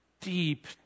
deep